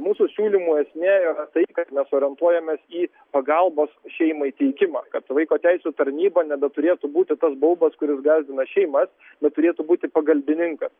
mūsų siūlymo esmė jog tai kad mes orientuojamės į pagalbos šeimai teikimą kad vaiko teisių tarnyba nebeturėtų būti tas baubas kuris gąsdina šeimas bet turėtų būti pagalbininkas